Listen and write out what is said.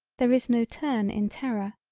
there is no turn in terror.